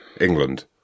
england